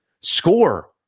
score